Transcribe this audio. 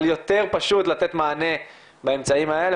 אבל יותר פשוט לתת מענה באמצעים האלה,